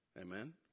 Amen